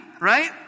right